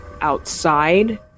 outside